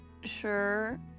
sure